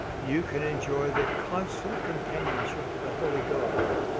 you can enjoy the constant companionship of the holy ghost.